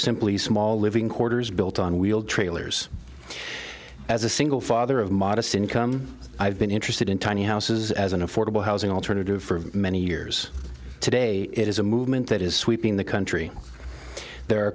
simply small living quarters built on wheeled trailers as a single father of modest income i've been interested in tiny houses as an affordable housing alternative for many years today it is a movement that is sweeping the country the